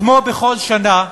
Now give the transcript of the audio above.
כמו בכל שנה,